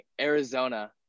Arizona